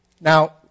Now